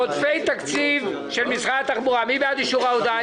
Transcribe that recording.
עודפי תקציב של משרד התחבורה מי בעד אישור ההודעה?